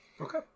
Okay